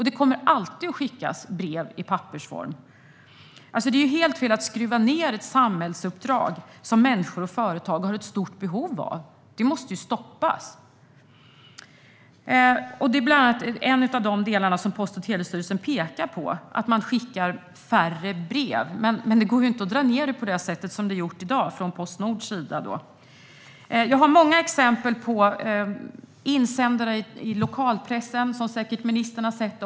Det kommer alltid att skickas brev i pappersform, och därför är det helt fel att skruva ned ett samhällsuppdrag som människor och företag har ett stort behov av. Det måste stoppas! Att det skickas färre brev är en av de delar som Post och telestyrelsen pekar på, men det går ju inte att dra ned på det sätt som Postnord har gjort. Jag har många exempel på insändare i lokalpressen, och dessa har säkert även ministern sett.